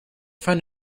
find